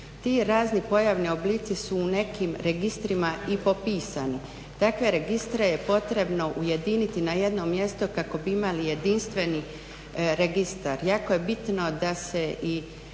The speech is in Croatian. Ti razni pojavni oblici su u nekim registrima i popisani. Takve registre je potrebno ujediniti na jedno mjesto kako bi imali jedinstveni registar. Jako je bitno da se i